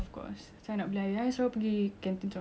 beli air terus ada this random girl came